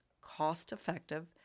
cost-effective